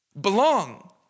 belong